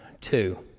two